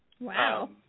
Wow